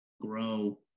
grow